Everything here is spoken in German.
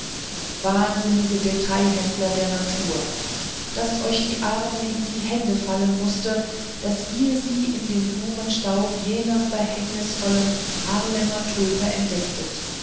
wahnsinnige detailhändler der natur daß euch die arme in die hände fallen mußte daß ihr sie in dem blumenstaub jener verhängnisvollen harlemer tulpe entdecktet